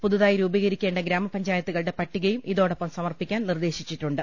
പുതുതായി രൂപീകരിക്കേണ്ട ഗ്രാമപഞ്ചായത്തു കളുടെ പട്ടികയും ഇതോടൊപ്പം സമർപ്പിക്കാൻ നിർദ്ദേശിച്ചിട്ടുണ്ട്